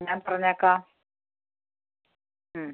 ഞാൻ പറഞ്ഞേക്കാം